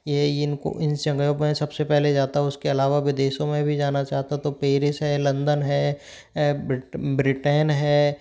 ये इनको इन में सबसे पहले जाता उसके अलावा विदेशों में भी जाना चाहता तो पेरिस है लंदन है ब्रिटैन है